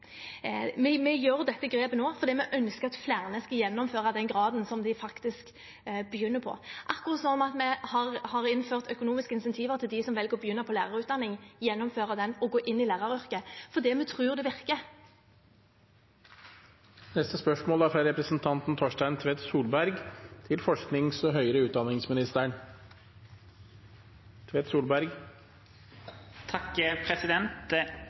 Vi gjør dette grepet nå fordi vi ønsker at flere skal gjennomføre den graden de begynner på, akkurat slik som vi har innført økonomiske incentiver for dem som velger å begynne på lærerutdanning, gjennomfører den og går inn i læreryrket – fordi vi tror det virker. «29. november samles tusenvis av studenter til demonstrasjon mot regjeringens stipendkutt. Siden 2013 har en innfasa 11 måneders studiestøtte til